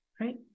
Right